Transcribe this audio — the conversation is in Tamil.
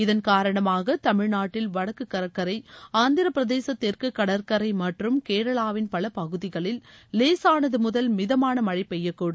இதன் காரணமாக தமிழ்நாட்டில் வடக்கு கடற்கரை ஆந்திர பிரதேச தெற்கு கடற்கரை மற்றும் கேரளாவின் பல பகுதிகளில் லேசானது முதல் மிதமான மழை பெய்யக்கூடும்